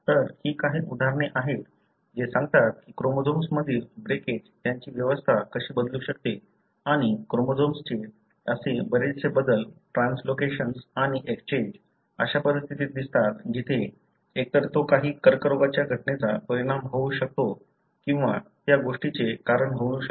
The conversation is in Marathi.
तर ही काही उदाहरणे आहेत जे सांगतात की क्रोमोझोम्स मधील ब्रेकेज त्यांची व्यवस्था कशी बदलू शकते आणि क्रोमोझोम्सचे असे बरेचसे बदल ट्रान्सलोकेशन्स आणि एक्सचेंज अशा परिस्थितीत दिसतात जिथे एकतर तो काही कर्करोगाच्या घटनेचा परिणाम होऊ शकते किंवा त्या गोष्टीचे कारण होऊ शकते